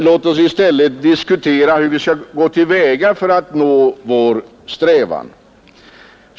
Låt oss i stället diskutera hur vi skall gå till väga för att nå målet för vår strävan.